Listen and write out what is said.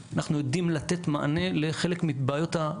לא רק שנמנע זליגה של רעיון רע מבחינה חוקתית לחוק הישראלי,